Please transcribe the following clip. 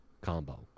combo